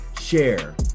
share